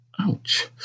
Ouch